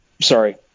Sorry